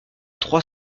trois